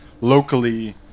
locally